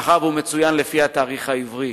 מאחר שהוא מצוין לפי התאריך העברי,